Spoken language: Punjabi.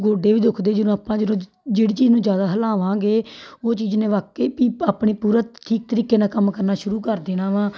ਗੋਡੇ ਵੀ ਦੁਖਦੇ ਜਦੋਂ ਆਪਾਂ ਜਦੋਂ ਜਿਹੜੀ ਚੀਜ਼ ਨੂੰ ਜ਼ਿਆਦਾ ਹਿਲਾਵਾਂਗੇ ਉਹ ਚੀਜ਼ ਨੇ ਵਾਕਈ ਪੀਪ ਆਪਣਾ ਪੂਰਾ ਠੀਕ ਤਰੀਕੇ ਨਾਲ ਕੰਮ ਕਰਨਾ ਸ਼ੁਰੂ ਕਰ ਦੇਣਾ ਵਾ